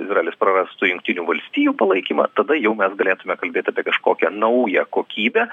izraelis prarastų jungtinių valstijų palaikymą tada jau mes galėtume kalbėt apie kažkokią naują kokybę